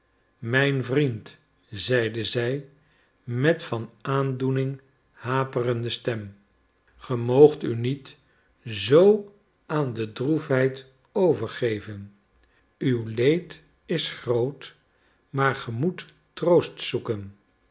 mijn vriend zeide zij met van aandoening haperende stem ge moogt u niet zoo aan de droefheid overgeven uw leed is groot maar ge moet troost zoeken